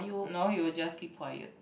no he will just keep quiet